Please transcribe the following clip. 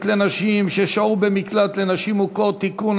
לנשים ששהו במקלט לנשים מוכות) (תיקון),